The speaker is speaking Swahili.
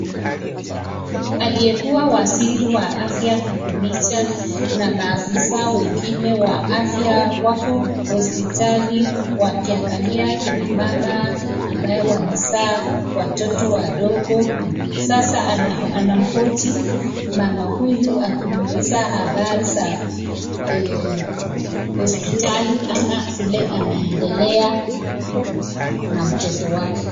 Aliyekuwa waziri wa afya na kumicha na maafisa wengine wa afya wako hospitali wakiangalia kina mama, ambaye wamezaa watoto wadogo, sasa anamhoji mama huyu akimuliza habari za hospitali ama vile anaendelea, kuna mtoto wake.